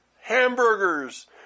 hamburgers